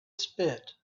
spit